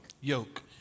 Yoke